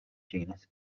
genus